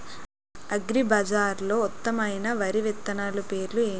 అగ్రిబజార్లో ఉత్తమమైన వరి విత్తనాలు పేర్లు ఏంటి?